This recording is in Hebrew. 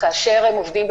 כשאדם עובד,